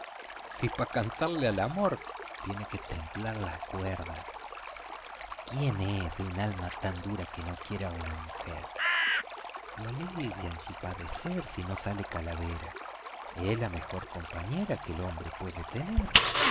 si pa cantarle al amor tiene que templar las cuerdas quién es de una alma tan dura que no quiera una mujer lo alivia en su padecer si no sale calavera es la mejor compañera que el hombre puede tener